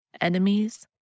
enemies